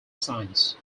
science